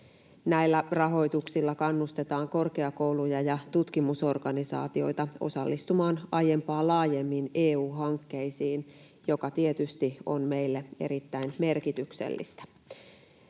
Näillä rahoituksilla kannustetaan korkeakouluja ja tutkimusorganisaatioita osallistumaan aiempaa laajemmin EU-hankkeisiin, mikä tietysti on meille erittäin merkityksellistä.